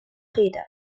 rede